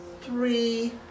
three